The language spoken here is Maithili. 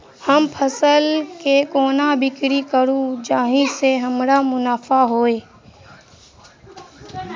हम फसल केँ कोना बिक्री करू जाहि सँ हमरा मुनाफा होइ?